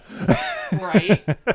Right